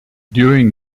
during